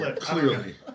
Clearly